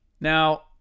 now